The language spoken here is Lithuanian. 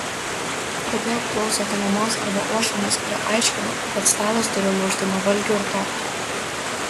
kodėl klausote mamos arba uošvienės kuri aiškina kad stalas turi lūžti nuo valgių ir tortų